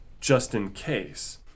just-in-case